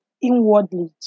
inwardly